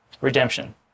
Redemption